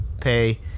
pay